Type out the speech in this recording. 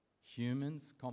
Humans